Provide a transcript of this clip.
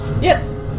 Yes